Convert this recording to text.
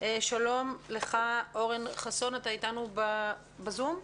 שלום לך, אורן חסון, אתה איתנו בזום?